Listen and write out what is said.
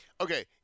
Okay